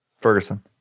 Ferguson